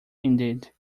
indeed